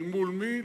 אל מול מי?